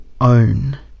own